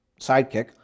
sidekick